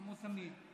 כמו תמיד.